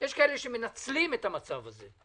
יש כאלה שמנצלים את המצב הזה,